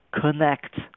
connect